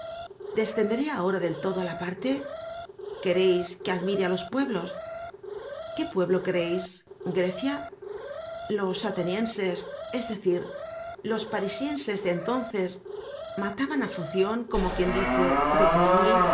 descenderé ahora del todo á la parte quereis que admire á los pueblos qué pueblo quereis grecia los atenienses es decir los parisienses de entonces mataban á focion como quien dice de coligny